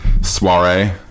soiree